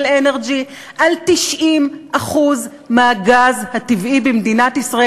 אנרג'י" על 90% מהגז הטבעי במדינת ישראל.